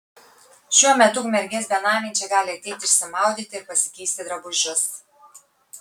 šiuo metu ukmergės benamiai čia gali ateiti išsimaudyti ir pasikeisti drabužius